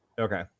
okay